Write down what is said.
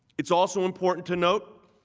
it's also important to note